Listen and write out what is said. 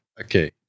okay